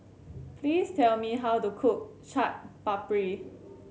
please tell me how to cook Chaat Papri